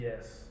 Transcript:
Yes